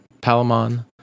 Palamon